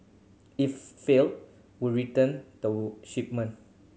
if failed would return the shipment